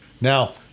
Now